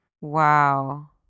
Wow